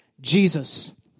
Jesus